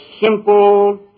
simple